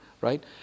right